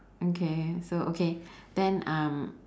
okay so okay then um